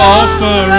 offer